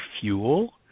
fuel